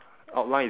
stand ah